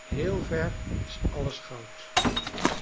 heel ver is alles goud